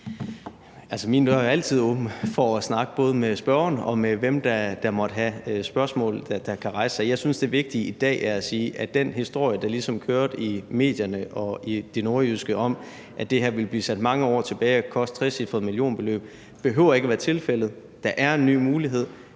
Min dør er altid åben for at snakke både med spørgeren og med, hvem der måtte have spørgsmål, der kan opstå. Jeg synes, det vigtige i dag er at sige, at den historie, der ligesom kørte i medierne og i det nordjyske, om, at det her projekt ville blive sat mange år tilbage, og at det ville koste et trecifret millionbeløb, ikke behøver at blive til virkelighed. Der er en ny mulighed.